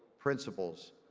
principles,